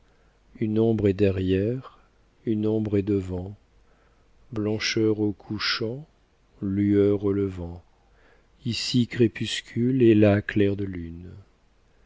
une ombre est derrière une ombre est devant blancheur au couchant lueur au levant ici crépuscule et là clair de lune